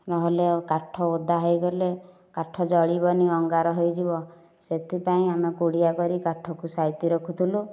ନହେଲେ ଆଉ କାଠ ଓଦା ହୋଇଗଲେ ଜଳିବନି ଅଙ୍ଗାର ହୋଇଯିବ ସେଥିପାଇଁ ଆମେ କୁଡ଼ିଆ କରି କାଠକୁ ସାଇତି ରଖୁଥିଲୁ